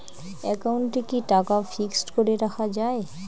একাউন্টে কি টাকা ফিক্সড করে রাখা যায়?